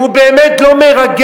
אם הוא באמת לא מרגל,